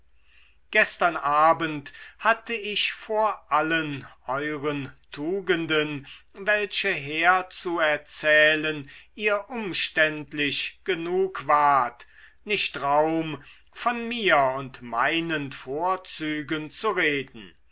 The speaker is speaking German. gestern abend hatte ich vor allen euren tugenden welche herzuerzählen ihr umständlich genug wart nicht raum von mir und meinen vorzügen zu reden